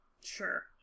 Sure